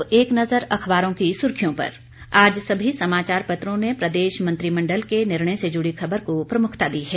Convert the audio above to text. अब एक नजर अखबारों की सुर्खियों पर आज सभी समाचार पत्रों ने प्रदेश मंत्रिमंडल के निर्णय से जुड़ी खबर को प्रमुखता दी है